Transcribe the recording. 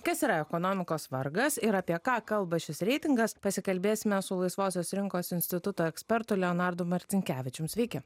kas yra ekonomikos vargas ir apie ką kalba šis reitingas pasikalbėsime su laisvosios rinkos instituto ekspertu leonardu marcinkevičium sveiki